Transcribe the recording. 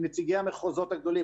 עם נציגי המחוזות הגדולים,